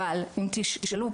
אבל אם תשאלו,